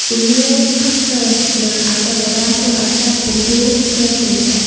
ជំនឿខុសឆ្គងលើឱសថបុរាណធ្វើឱ្យសត្វ ពង្រូល រងគ្រោះថ្នាក់។